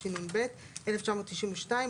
התשנ"ב 19924,